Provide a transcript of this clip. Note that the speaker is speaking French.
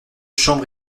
chambres